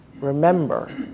Remember